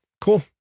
cool